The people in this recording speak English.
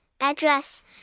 Address